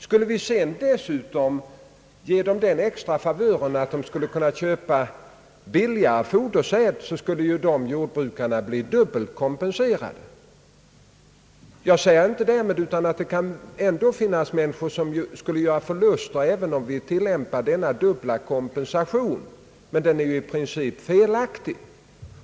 Skulle vi dessutom ge dem den extra favören att de skulle få köpa billigare fodersäd, skulle de bli dubbelt kompenserade. Det kan naturligtvis finnas människor som skulle göra förluster, även om vi tilllämpar denna dubbla kompensation, men en sådan kompensation är ju i princip felaktig.